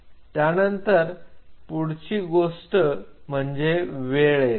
त्यानंतर पुढची गोष्ट म्हणजे वेळ येते